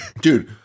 Dude